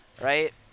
right